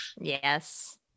Yes